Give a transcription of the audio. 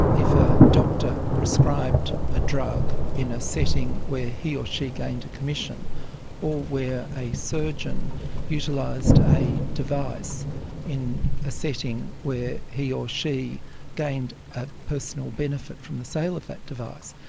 if a doctor prescribed a drug in a setting where he or she gained a commission or where a surgeon utilised a device in a setting where he or she gained a personal benefit from the sale of that device,